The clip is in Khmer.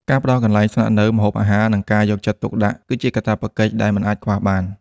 ការផ្ដល់កន្លែងស្នាក់នៅ ម្ហូបអាហារ និងការយកចិត្តទុកដាក់ គឺជាកាតព្វកិច្ចដែលមិនអាចខ្វះបាន។